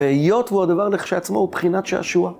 והיות הוא הדבר לכשעצמו הוא בבחינת שעשוע.